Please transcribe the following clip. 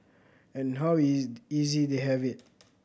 and how easy they have it